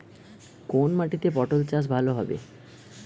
কোন মাটিতে পটল চাষ ভালো হবে?